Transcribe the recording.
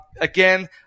Again